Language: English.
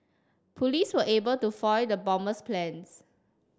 police were able to foil the bomber's plans